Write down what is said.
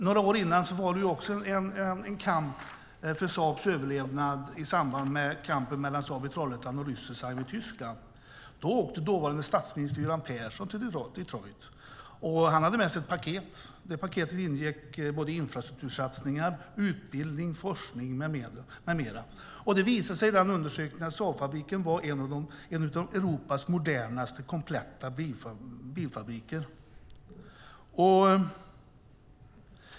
Några år tidigare hade det varit en kamp för Saabs överlevnad i samband med diskussionerna om Saab skulle tillverkas i Trollhättan eller i Rüsselsheim i Tyskland. Då åkte dåvarande statsminister Göran Persson till Detroit och hade med sig ett paket. I det paketet ingick infrastruktursatsningar, utbildning, forskning med mera. Det visade sig att Saabfabriken var en av Europas modernaste kompletta bilfabriker.